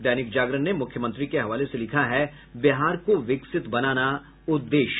दैनिक जागरण में मुख्यमंत्री के हवाले से लिखा है बिहार को विकसित बनाना उद्देश्य